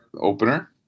opener